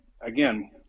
again